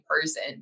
person